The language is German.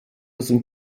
sind